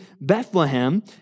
Bethlehem